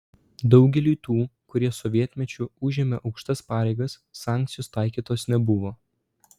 daugeliui tų kurie sovietmečiu užėmė aukštas pareigas sankcijos taikytos nebuvo